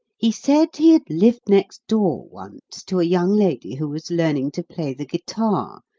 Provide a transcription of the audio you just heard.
he said he had lived next door once to a young lady who was learning to play the guitar,